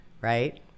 right